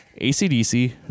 acdc